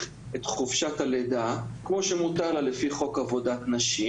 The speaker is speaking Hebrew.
את חופשת הלידה כמו שמותר לה לפי חוק עבודת נשים,